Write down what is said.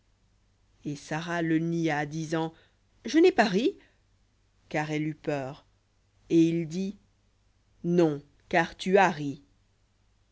et sara nia disant je n'ai pas ri car elle eut peur et il dit non car tu as ri